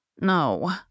No